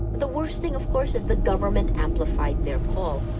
the worst thing, of course, is, the government amplified their call.